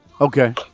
Okay